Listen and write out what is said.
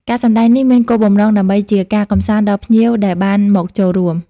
ការសម្តែងនេះមានគោលបំណងដើម្បីជាការកម្សាន្តដល់ភ្ញៀវដែលបានមកចូលរួម។